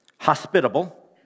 hospitable